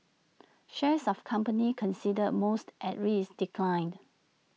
shares of companies considered most at risk declined